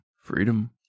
freedom